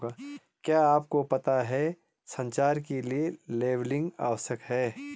क्या आपको पता है संचार के लिए लेबलिंग आवश्यक है?